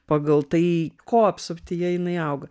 pagal tai ko apsuptyje jinai auga